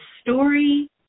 story